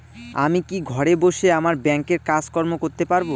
আমি কি ঘরে বসে আমার ব্যাংকের কাজকর্ম করতে পারব?